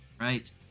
Right